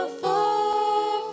far